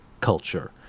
culture